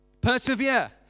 Persevere